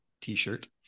t-shirt